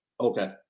Okay